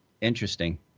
interesting